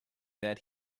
that